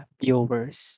viewers